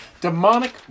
demonic